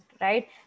right